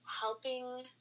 Helping